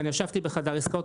ואני ישבתי בחדר עסקאות,